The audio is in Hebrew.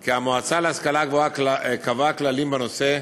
כי המועצה להשכלה גבוהה קבעה כללים בנושא,